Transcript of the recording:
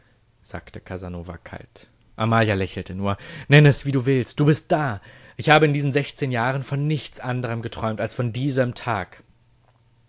sagte casanova kalt amalia lächelte nur nenn es wie du willst du bist da ich habe in diesen sechzehn jahren von nichts anderm geträumt als von diesem tag